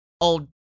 old